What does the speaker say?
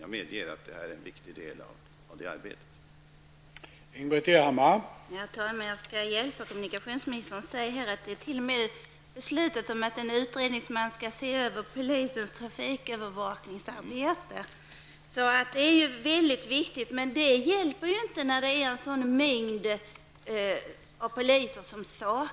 Jag medger att det här är en viktig del av detta arbete.